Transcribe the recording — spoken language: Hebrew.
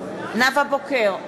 נאוה בוקר,